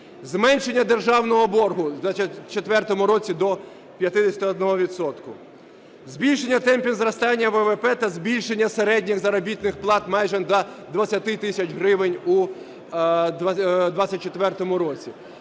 зменшення державного боргу в 2024 році до 51 відсотка; збільшення темпів зростання ВВП та збільшення середніх заробітних плат майже до 20 тисяч гривень у 2024 році;